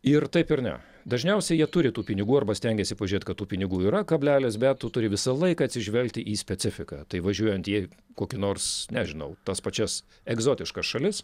ir taip ir ne dažniausiai jie turi tų pinigų arba stengiasi pažiūrėt kad tų pinigų yra kablelis bet tu turi visą laiką atsižvelgti į specifiką tai važiuojant į kokį nors nežinau tas pačias egzotiškas šalis